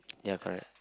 ya correct